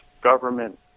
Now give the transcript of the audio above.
government